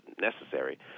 necessary